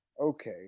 Okay